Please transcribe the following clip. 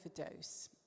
overdose